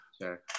Sure